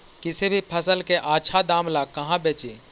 किसी भी फसल के आछा दाम ला कहा बेची?